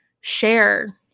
share